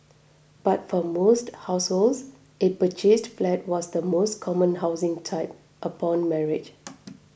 but for most households a purchased flat was the most common housing type upon marriage